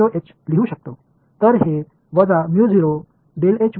இப்போது எனக்கு தெரியும் இந்த சமன்பாட்டால் இங்கே தொடர்புடையது